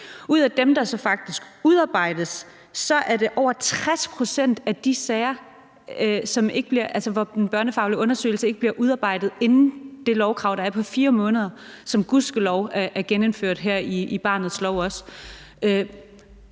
Ud af dem, hvor der så faktisk udarbejdes en, er det over 60 pct. af de sager, hvor den børnefaglige undersøgelse ikke bliver udarbejdet inden de 4 måneder, som der er lovkrav på, og som gudskelov også er genindført her i barnets lov.